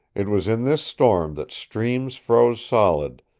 it was in this storm that streams froze solid,